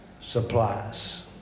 supplies